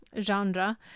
genre